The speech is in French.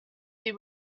des